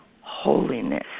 holiness